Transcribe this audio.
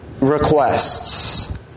requests